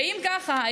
ואם ככה,